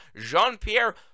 Jean-Pierre